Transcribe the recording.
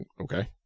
Okay